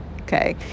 okay